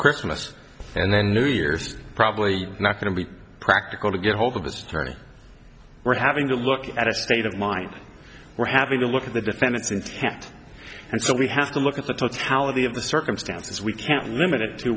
christmas and then new years probably not going to be practical to get hold of his attorney we're having to look at a state of mind we're having to look at the defendant's intent and so we have to look at the totality of the circumstances we can't limit